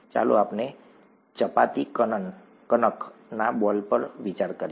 ચાલો આપણે ચપાતી કણક ના બોલ પર વિચાર કરીએ